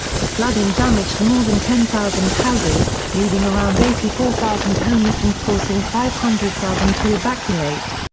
the flooding damaged more than ten thousand houses, leaving around eighty four thousand homeless and forcing five hundred thousand to evacuate.